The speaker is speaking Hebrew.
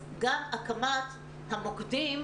גם הקמת המוקדים,